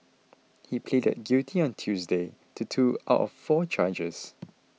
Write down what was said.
he pleaded guilty on Tuesday to two out of four charges